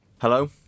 Hello